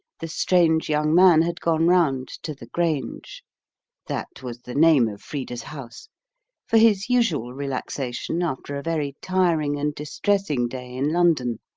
the strange young man had gone round to the grange that was the name of frida's house for his usual relaxation after a very tiring and distressing day in london,